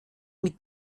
mit